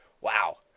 wow